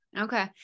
Okay